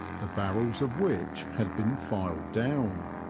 the barrels of which had been filed down.